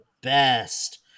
best